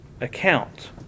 account